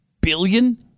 billion